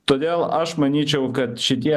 todėl aš manyčiau kad šitie